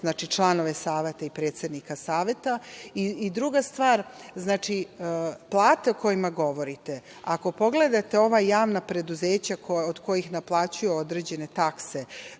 vode, članove Saveta i predsednika Saveta. Druga stvar, plate o kojima govorite, ako pogledate ova javna preduzeća od kojih naplaćuju određene takse